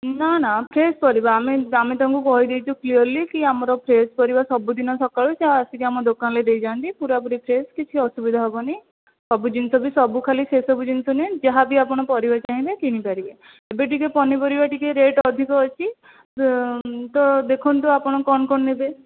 ନା ନା ଫ୍ରେସ୍ ପରିବା ଆମେ ଆମେ ତାଙ୍କୁ କହିଦେଇଛୁ କ୍ଲିୟର୍ଲି କି ଆମର ଫ୍ରେସ୍ ପରିବା ସବୁ ଦିନ ସକାଳୁ ସେ ଆସିକି ଆମ ଦୋକାନରେ ଦେଇଯାଆନ୍ତି ପୁରାପୁରି ଫ୍ରେସ୍ କିଛି ଅସୁବିଧା ହେବନି ସବୁ ଜିନିଷ ବି ସବୁ ଖାଲି ସେସବୁ ଜିନିଷ ନୁହେଁ ଯାହା ବି ଆପଣ ପରିବା ଚାହିଁବେ କିଣି ପାରିବେ ଏବେ ଟିକିଏ ପନିପରିବା ଟିକିଏ ରେଟ୍ ଅଧିକ ଅଛି ତ ଦେଖନ୍ତୁ ଆପଣ କ'ଣ କ'ଣ ନେବେ